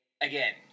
Again